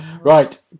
Right